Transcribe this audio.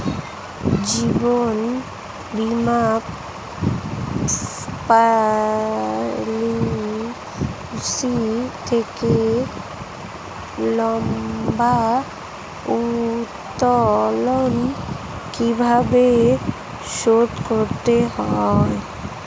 জীবন বীমা পলিসি থেকে লম্বা উত্তোলন কিভাবে শোধ করতে হয়?